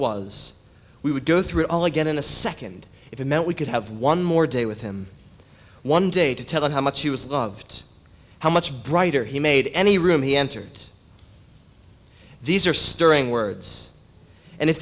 was we would go through it all again in a second if it meant we could have one more day with him one day to tell him how much he was loved how much brighter he made any room he entered these are stirring words and if